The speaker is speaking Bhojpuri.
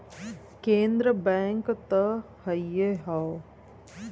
केन्द्र बैंक त हइए हौ